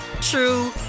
true